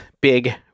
big